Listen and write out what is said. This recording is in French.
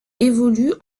évolue